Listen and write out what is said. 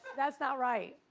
that's not right.